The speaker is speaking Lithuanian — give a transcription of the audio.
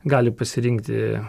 gali pasirinkti